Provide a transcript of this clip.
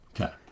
Okay